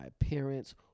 appearance